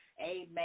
Amen